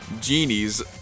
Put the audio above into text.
genies